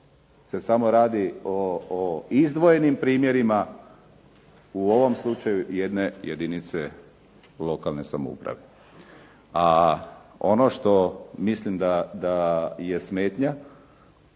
se samo radi o izdvojenim primjerima u ovom slučaju jedne jedinice lokalne samouprave. A ono što mislim da je smetnja,